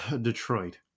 Detroit